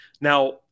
Now